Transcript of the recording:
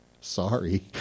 sorry